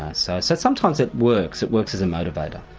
ah so so sometimes it works, it works as a motivator.